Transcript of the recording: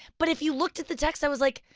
but if you looked at the text i was like,